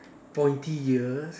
pointy ears